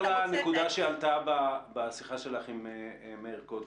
אני חוזר לנקודה שעלתה בשיחה שלך עם מאיר קודם.